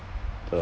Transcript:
the